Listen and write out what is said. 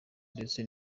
ndetse